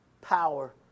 power